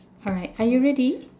alright are you ready